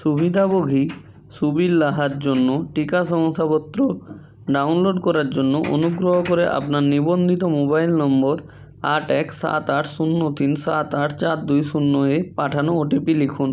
সুবিধাভোগী সুবীর লাহার জন্য টিকা শংসাপত্র ডাউনলোড করার জন্য অনুগ্রহ করে আপনার নিবন্ধিত মোবাইল নম্বর আট এক সাত আট শূন্য তিন সাত আট চার দুই শূন্য এ পাঠানো ওটিপি লিখুন